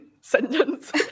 sentence